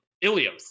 Ilios